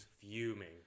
fuming